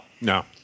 No